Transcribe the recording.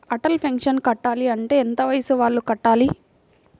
Atal pension కట్టాలి అంటే ఎంత వయసు వాళ్ళు కట్టాలి?